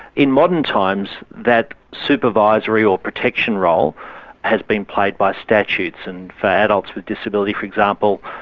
in modern times that supervisory or protection role has been played by statutes, and for adults with disability, for example,